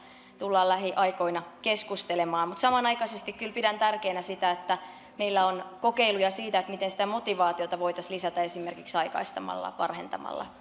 tullaan lähiaikoina keskustelemaan mutta samanaikaisesti kyllä pidän tärkeänä sitä että meillä on kokeiluja siitä miten motivaatiota voitaisiin lisätä esimerkiksi aikaistamalla varhentamalla